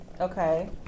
Okay